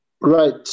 Right